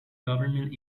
government